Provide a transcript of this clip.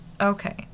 Okay